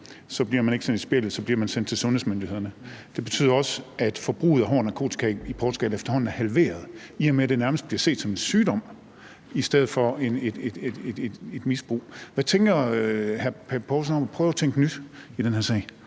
bliver man ikke sendt i spjældet; så bliver man sendt til sundhedsmyndighederne. Det betyder også, at forbruget af hård narkotika i Portugal efterhånden er halveret, i og med at det nærmest bliver set som en sygdom i stedet for et misbrug. Hvad tænker hr. Søren Pape Poulsen om at prøve at tænke nyt i den her sag?